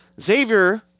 Xavier